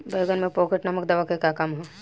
बैंगन में पॉकेट नामक दवा के का काम ह?